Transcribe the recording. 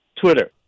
Twitter